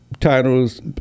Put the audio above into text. titles